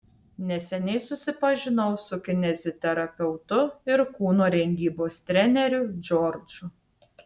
neseniai susipažinau su kineziterapeutu ir kūno rengybos treneriu džordžu